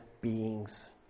beings